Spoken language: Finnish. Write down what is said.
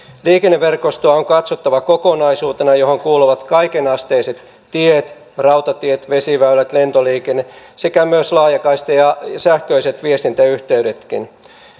liikenneverkostoa on katsottava kokonaisuutena johon kuuluvat kaikenasteiset tiet rautatiet vesiväylät lentoliikenne sekä myös laajakaista ja sähköiset viestintäyhteydetkin